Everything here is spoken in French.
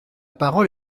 parole